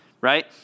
right